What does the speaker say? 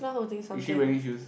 if she wearing shoes